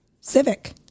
Civic